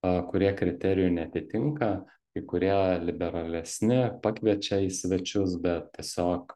a kurie kriterijų neatitinka kai kurie liberalesni pakviečia į svečius bet tiesiog